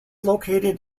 located